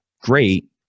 great